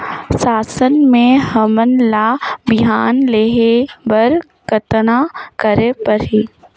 शासन से हमन ला बिहान लेहे बर कतना करे परही?